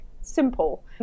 simple